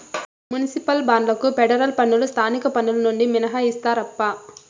municipal బాండ్లకు federal పన్నులు స్థానిక పన్నులు నుండి మినహాయిస్తారప్పా